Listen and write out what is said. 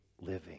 living